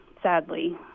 Sadly